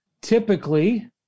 typically